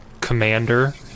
commander